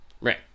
Right